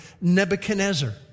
Nebuchadnezzar